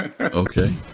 Okay